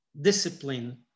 discipline